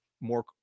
more